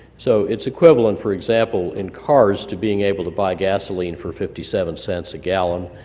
so it's equivalent, for example, in cars to being able to buy gasoline for fifty seven cents a gallon,